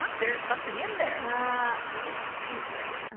um there's something in there let me see here.